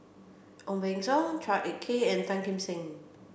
Ong Beng Seng Chua Ek Kay and Tan Kim Seng